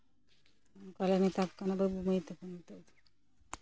ᱚᱝᱠᱟ ᱞᱮ ᱢᱮᱛᱟᱣᱟᱠᱚ ᱠᱟᱱᱟ ᱵᱟᱹᱵᱩ ᱢᱟᱹᱭ ᱛᱟᱠᱚ ᱱᱤᱛᱳᱜ ᱫᱚ